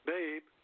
Babe